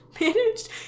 managed